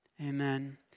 Amen